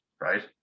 right